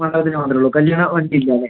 മണ്ഡപത്തിനു മാത്രമെ ഉള്ളൂ കല്ല്യാണ വണ്ടി ഇല്ല അല്ലെ